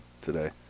today